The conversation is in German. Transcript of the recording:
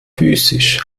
psychisch